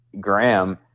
Graham